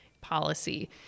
policy